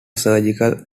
surgical